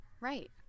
right